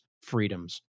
freedoms